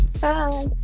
Bye